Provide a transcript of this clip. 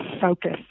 focus